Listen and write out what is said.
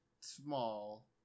small